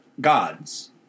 gods